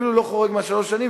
אפילו לא חורג משלוש שנים.